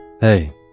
Hey